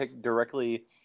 directly